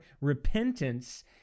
Repentance